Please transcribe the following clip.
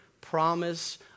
promise